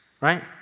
right